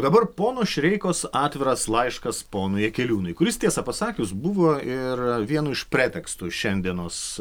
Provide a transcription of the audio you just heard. dabar pono šileikos atviras laiškas ponui jakeliūnui kuris tiesą pasakius buvo ir vienu iš pretekstų šiandienos